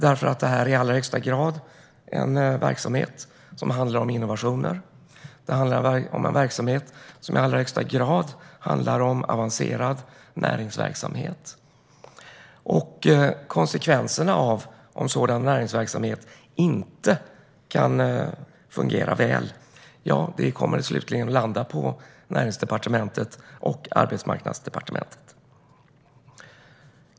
Detta är nämligen i allra högsta grad en verksamhet som handlar om innovationer och om avancerad näringsverksamhet. Konsekvenserna av om sådan näringsverksamhet inte kan fungera väl kommer slutligen att landa på Näringsdepartementet och Arbetsmarknadsdepartementet.